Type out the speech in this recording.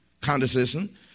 Condescension